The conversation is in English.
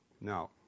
Now